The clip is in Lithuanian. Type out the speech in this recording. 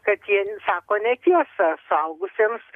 kad jie sako netiesą suaugusiems